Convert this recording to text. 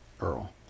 Earl